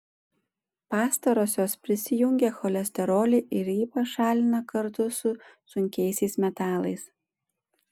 pastarosios prisijungia cholesterolį ir jį pašalina kartu su sunkiaisiais metalais